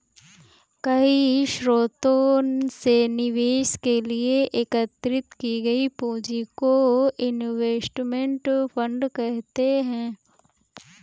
कई स्रोतों से निवेश के लिए एकत्रित की गई पूंजी को इनवेस्टमेंट फंड कहते हैं